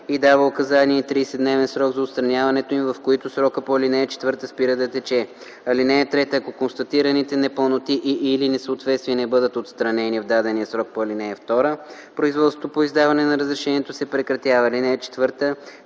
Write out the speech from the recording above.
и дава указания и 30 дневен срок за отстраняването им, в който срокът по ал. 4 спира да тече. (3) Ако констатираните непълноти и/или несъответствия не бъдат отстранени в дадения срок по ал. 2, производството по издаване на разрешението се прекратява. (4)